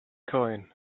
coin